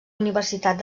universitat